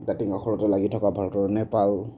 দাঁতি কাষতে লাগি থকা ভাৰত ৰ নেপাল